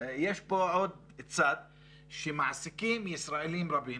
יש פה עוד צד שמעסיקים ישראלים רבים,